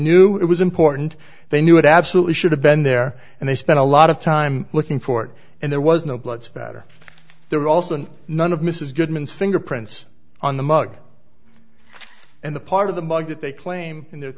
knew it was important they knew it absolutely should have been there and they spent a lot of time looking for it and there was no blood spatter there also and none of mrs goodmans fingerprints on the mug and the part of the mug that they claim in the